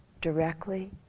directly